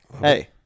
Hey